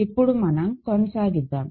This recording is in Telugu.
ఇప్పుడు మనం కొనసాగిద్దాం